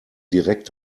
direkt